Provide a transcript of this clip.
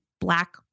black